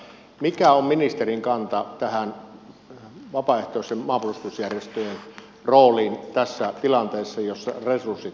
mikä on ministerin kanta vapaaehtoisten maanpuolustusjärjestöjen rooliin tässä tilanteessa jossa resurssit ovat niukat